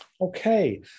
Okay